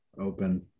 open